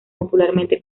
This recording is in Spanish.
popularmente